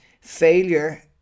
failure